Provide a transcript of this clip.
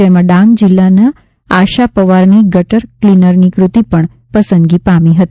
જેમાં ડાંગ જિલ્લાના આશા પવારની ગટર કલીનરની કૃતી પણ પસંદગી પામી હતી